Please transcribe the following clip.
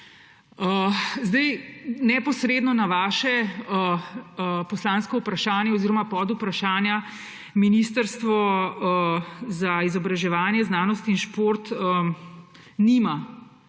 Neposredno na vaše poslansko vprašanje oziroma podvprašanja Ministrstvo za izobraževanje, znanost in šport nima